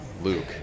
Luke